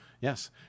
yes